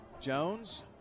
Jones